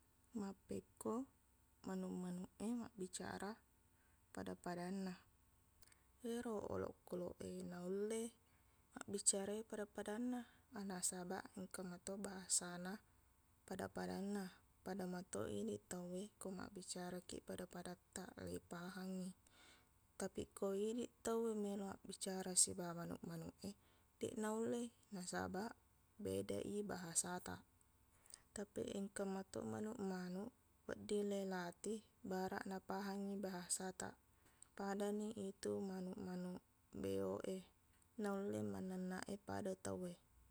Mappekko manuq-manuq e mabbicara pada-padanna ero olokkoloq e naulle mabbicara e pada-padanna nasabaq engka mato bahasana pada-padanna pada mato idiq tauwe ko mabbicarakiq pada-padattaq leipahangngi tapiq ko idiq tauwe meloq mabbicara sibawa manuq-manuq e deq naulle nasabaq bedai bahasataq tapiq engka meto manuq-manuq wedding leilatih baraq napahangngi bahasataq padani itu manuq-manuq beoq e naulle mannennaq e pada tauwe